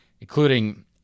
including